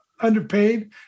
underpaid